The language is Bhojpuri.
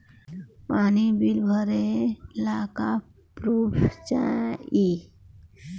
पानी बिल भरे ला का पुर्फ चाई?